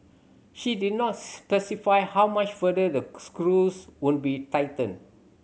she did not specify how much further the screws would be tightened